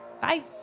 Bye